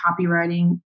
copywriting